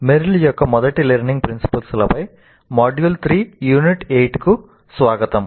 Merrill యొక్క మొదటి learning principles లపై మాడ్యూల్ 3 యూనిట్ 8 కు స్వాగతం